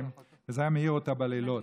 וזה היה מעיר אותה בלילות.